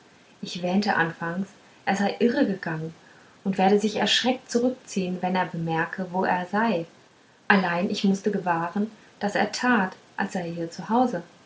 ich wähnte anfangs er sei irregegangen und werde sich erschreckt zurückziehen wenn er bemerke wo er sei allein ich mußte gewahren daß er tat als sei